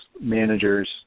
managers